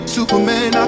Superman